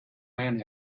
man